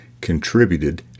contributed